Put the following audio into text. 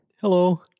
Hello